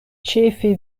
ĉefe